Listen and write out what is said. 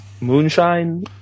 moonshine